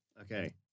Okay